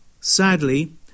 Sadly